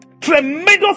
Tremendous